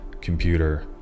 computer